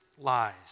lies